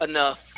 Enough